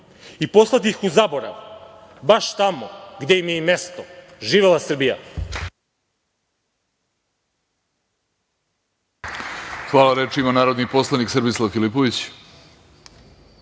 i poslati ih u zaborav, baš tamo gde im je mesto. Živela Srbija!